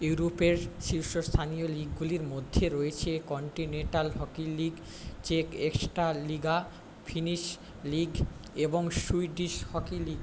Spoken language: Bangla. ইউরোপের শীর্ষস্থানীয় লিগগুলির মধ্যে রয়েছে কন্টিনেন্টাল হকি লিগ চেক এক্সট্রালিগা ফিনিশ লিগ এবং সুইডিশ হকি লিগ